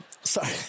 sorry